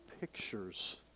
pictures